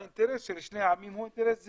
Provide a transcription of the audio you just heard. האינטרס של שני העמים הוא אינטרס זהה,